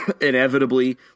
Inevitably